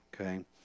Okay